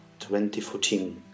2014